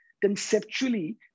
conceptually